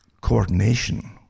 Coordination